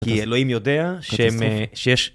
כי אלוהים יודע שהם... שיש...